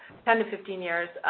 ten to fifteen years.